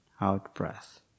out-breath